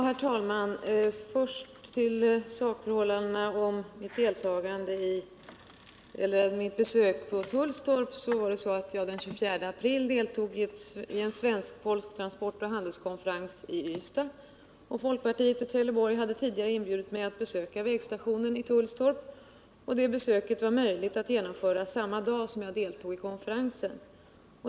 Herr talman! Först till sakförhållandena när det gäller mitt besök i Tullstorp: Den 24 april deltog jag i en svensk-polsk transportoch handelskonferens i Ystad. Folkpartiet i Trelleborg hade tidigare inbjudit mig att besöka vägstationen i Tullstorp. Det besöket var möjligt att genomföra samma dag som jag deltog i konferensen.